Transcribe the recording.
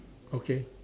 okay